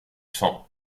sang